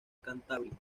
cantábrico